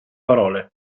parole